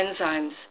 enzymes